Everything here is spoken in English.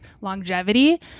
longevity